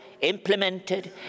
implemented